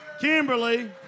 Kimberly